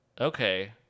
Okay